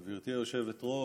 גברתי היושבת-ראש,